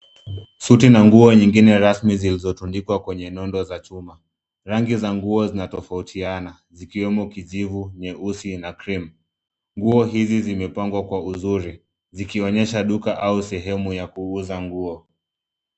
Suti na nguo nyingine rasmi zilizo tundikwa kwenye nondo za chuma. Rangi za nguo zinatofautiana, zikiwemo kijivu, nyeusi na krimu. Nguo hizi zimepangwa kwa uzuri zikionyesha duka au sehemu ya kuuza nguo.